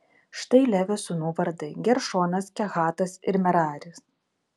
štai levio sūnų vardai geršonas kehatas ir meraris